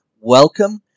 Welcome